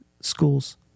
schools